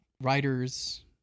writers